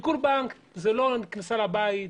זה לא עם כניסה לבית,